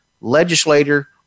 legislator